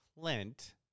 Clint